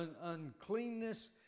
uncleanness